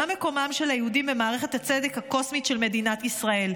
מה מקומם של היהודים במערכת הצדק הקוסמית של מדינת ישראל?